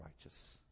righteous